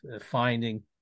finding